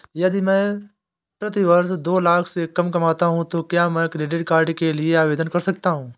यदि मैं प्रति वर्ष दो लाख से कम कमाता हूँ तो क्या मैं क्रेडिट कार्ड के लिए आवेदन कर सकता हूँ?